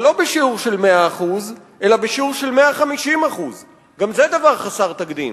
אבל לא בשיעור של 100% אלא בשיעור של 150%. גם זה דבר חסר תקדים.